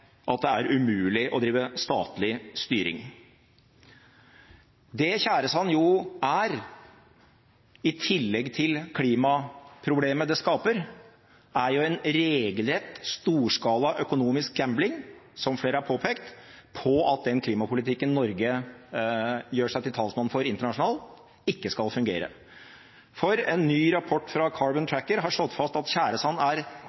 at det er umulig å drive statlig styring! Det tjæresand jo er, i tillegg til klimaproblemet det skaper, er en regelrett storskala økonomisk gambling – som flere har påpekt – med at den klimapolitikken Norge gjør seg til talsmann for internasjonalt, ikke skal fungere. En ny rapport fra